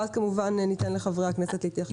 ואז כמובן ניתן לחברי הכנסת להתייחס.